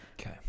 Okay